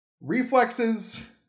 reflexes